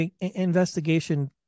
investigation